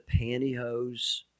pantyhose